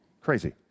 crazy